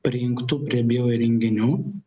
prijungtų prie bio įrenginių